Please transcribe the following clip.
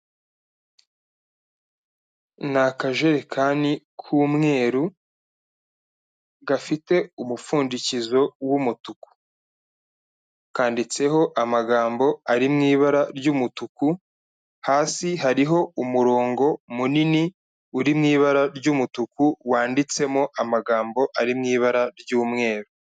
Ni akajerekani k'umweru gafite umupfundikizo w'umutuku. Kanditseho amagambo ari mu ibara ry'umutuku, hasi hariho umurongo munini uri mu ibara ry'umutuku wanditsemo amagambo ari mu ibara ry'umweru.